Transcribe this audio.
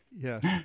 yes